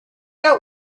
out